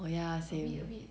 oh ya same